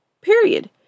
period